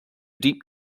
deep